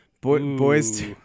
Boys